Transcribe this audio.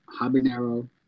habanero